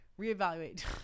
reevaluate